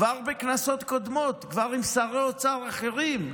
כבר בכנסות קודמות, כבר עם שרי אוצר אחרים.